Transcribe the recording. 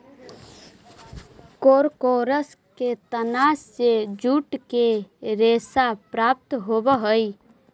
कोरकोरस के तना से जूट के रेशा प्राप्त होवऽ हई